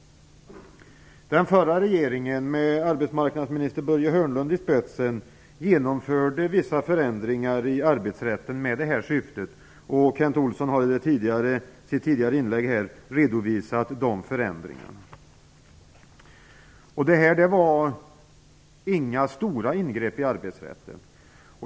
Den förra regeringen, med arbetsmarknadsminister Börje Hörnlund i spetsen, genomförde vissa förändringar i arbetsrätten med detta syfte. Kent Olsson redovisade de förändringarna i sitt inlägg. Det handlar inte om några stora ingrepp i arbetsrätten.